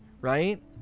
right